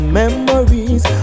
memories